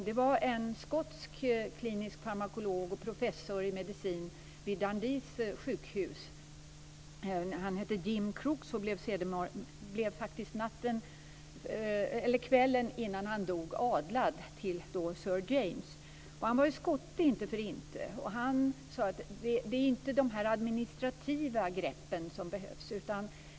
Det var en skotsk klinisk farmakolog och professor i medicin vid Dundees sjukhus, han hette Jim Crooks och blev faktiskt kvällen innan han dog adlad till sir James. Han var inte för inte skotte. Han sade att det inte är de här administrativa greppen som behövs.